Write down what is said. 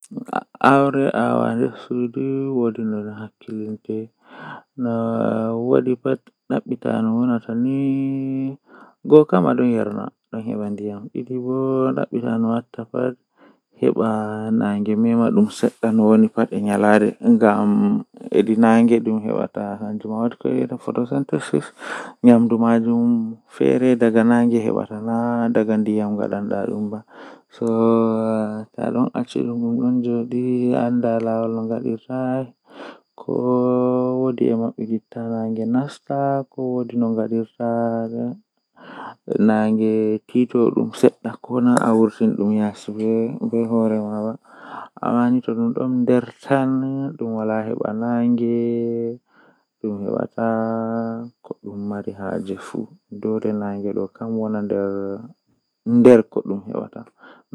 Arandewol kam mi wiyan be yaara mi makka mi yaha mi laara suudu kaaba mi rewa allah mi heba mbarjaari ngam kanjum don nder kuugal diina kanjum wadi